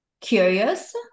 curious